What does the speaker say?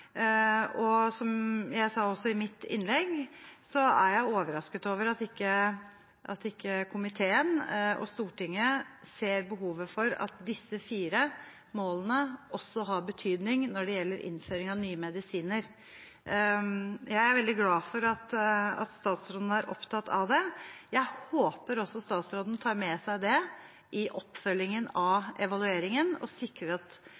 og som jeg også sa i mitt innlegg, er jeg overrasket over at ikke komiteen og Stortinget ser behovet for at disse fire målene også har betydning når det gjelder innføring av nye medisiner. Jeg er veldig glad for at statsråden er opptatt av det. Jeg håper også statsråden tar det med seg i oppfølgingen av evalueringen og sikrer at